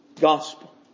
gospel